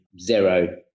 zero